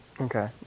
Okay